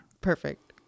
Perfect